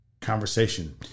conversation